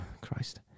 Christ